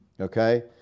Okay